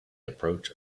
approach